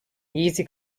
easy